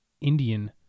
Indian